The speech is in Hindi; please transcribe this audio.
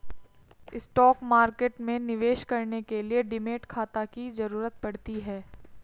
स्टॉक मार्केट में निवेश करने के लिए डीमैट खाता की जरुरत पड़ती है